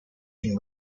and